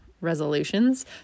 resolutions